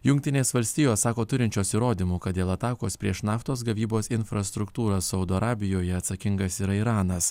jungtinės valstijos sako turinčios įrodymų kad dėl atakos prieš naftos gavybos infrastruktūrą saudo arabijoje atsakingas yra iranas